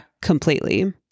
completely